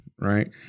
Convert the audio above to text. right